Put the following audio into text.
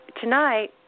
Tonight